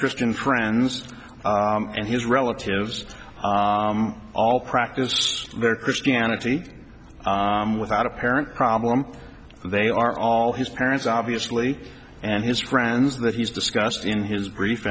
christian friends and his relatives all practice their christianity without apparent problem they are all his parents obviously and his friends that he's discussed in his grief